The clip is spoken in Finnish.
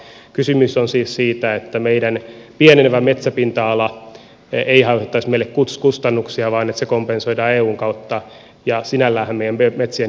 kysymys on siis siitä että meidän pienenevä metsäpinta ala ei aiheuttaisi meille kustannuksia vaan että se kompensoidaan eun kautta ja sinälläänhän meidän metsien hiilinielut kasvavat